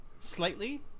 slightly